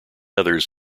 others